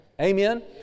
Amen